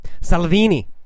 Salvini